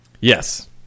Yes